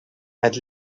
het